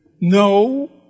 No